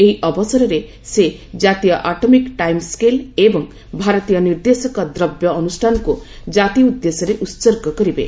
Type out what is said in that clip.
ଏହି ଅବସରରେ ସେ ଜାତୀୟ ଆଟମିକ ଟାଇମ ସ୍କେଲ୍ ଏବଂ ଭାରତୀୟ ନିର୍ଦ୍ଦେଶକ ଦ୍ରବ୍ୟ ଅନୁଷ୍ଠାନକୁ ଜାତି ଉଦ୍ଦେଶ୍ୟରେ ଉତ୍ସର୍ଗ କରିବେ